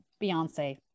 Beyonce